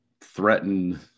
threatened